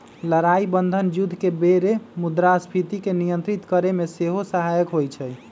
लड़ाइ बन्धन जुद्ध के बेर मुद्रास्फीति के नियंत्रित करेमे सेहो सहायक होइ छइ